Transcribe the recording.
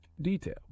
detail